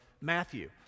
Matthew